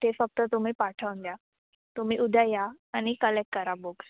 ते फक्त तुम्ही पाठवून द्या तुम्ही उद्या या आणि कलेक्ट करा बुक्स